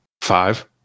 Five